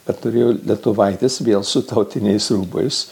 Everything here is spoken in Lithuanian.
bet turėjau lietuvaites vėl su tautiniais rūbais